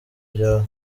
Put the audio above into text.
ryawe